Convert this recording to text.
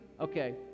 Okay